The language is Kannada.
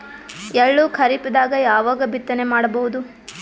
ಎಳ್ಳು ಖರೀಪದಾಗ ಯಾವಗ ಬಿತ್ತನೆ ಮಾಡಬಹುದು?